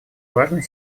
важной